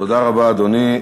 תודה רבה, אדוני.